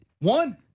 One